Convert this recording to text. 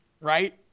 Right